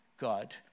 God